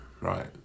right